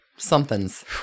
somethings